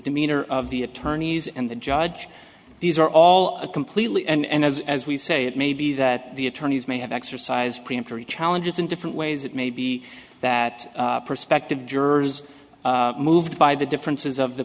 demeanor of the attorneys and the judge these are all completely and as as we say it may be that the attorneys may have exercised preemptory challenges in different ways it may be that prospective jurors moved by the differences of the